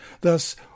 Thus